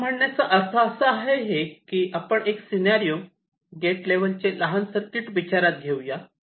माझ्या म्हणण्याचा अर्थ असा आहे की आपण एक सिनारिओ गेट लेव्हलचे लहान सर्किट विचारात घेऊयात